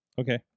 Okay